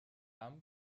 camp